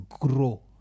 grow